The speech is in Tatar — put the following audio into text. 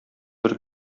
бер